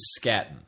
scatting